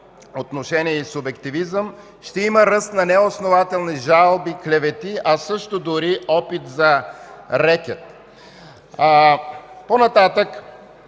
отношение и субективизъм, ще има ръст на неоснователни жалби и клевети, а също дори опит за рекет.